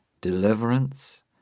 deliverance